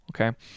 okay